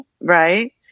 right